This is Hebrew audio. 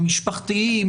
המשפחתיים,